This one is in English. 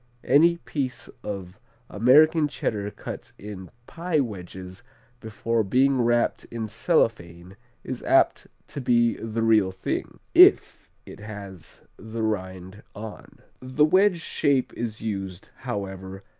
any piece of american cheddar cut in pie wedges before being wrapped in cellophane is apt to be the real thing if it has the rind on. the wedge shape is used, however,